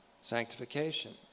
sanctification